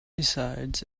besides